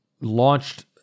launched